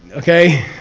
okay?